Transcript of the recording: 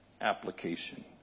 application